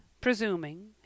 presuming